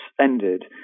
ended